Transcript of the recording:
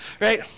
right